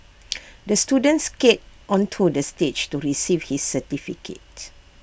the student skated onto the stage to receive his certificate